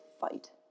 fight